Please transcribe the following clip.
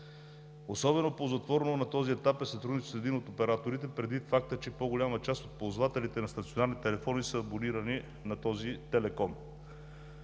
Особено ползотворно на този етап е сътрудничеството с един от операторите предвид факта, че по-голяма част от ползвателите на стационарни телефони са абонирани на този оператор.